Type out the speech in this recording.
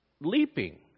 leaping